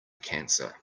cancer